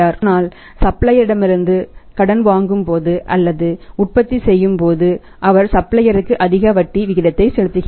ஆனால் அவர் சப்ளையரிடமிருந்து கடன் வாங்கும்போது அல்லது உற்பத்தி செய்யும் போது அவர் சப்ளையர்களுக்கு அதிக வட்டி விகிதத்தை செலுத்துகிறார்